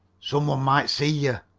some one might see you.